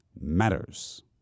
matters